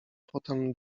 potem